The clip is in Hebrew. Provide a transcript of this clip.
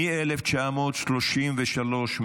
מ-1933,